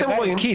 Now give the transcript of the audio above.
ערכית.